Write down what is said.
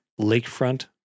lakefront